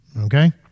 Okay